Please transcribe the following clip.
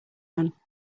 run